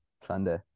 Sunday